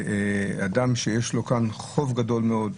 אדם שיש לו כאן חוב גדול מאוד,